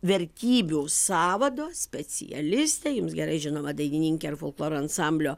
vertybių sąvado specialistė jums gerai žinoma dainininkė ar folkloro ansamblio